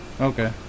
Okay